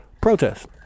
Protest